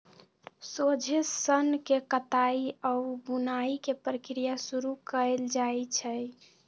सोझे सन्न के कताई आऽ बुनाई के प्रक्रिया शुरू कएल जाइ छइ